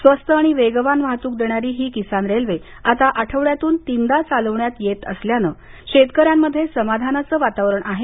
स्वस्त आणि वेगवान वाहतूक देणारी ही किसान रेल्वे आता आठवड्यातून तीनदा चालवण्यात येत असल्यानं शेतकऱ्यांमध्ये समाधानाचं वातावरण आहे